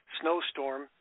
snowstorm